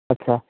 ଆଚ୍ଛା